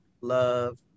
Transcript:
love